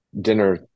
dinner